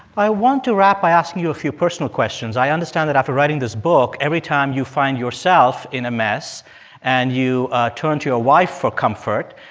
i want to wrap by asking you a few personal questions. i understand that after writing this book, every time you find yourself in a mess and you turn to your wife for comfort,